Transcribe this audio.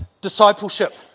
discipleship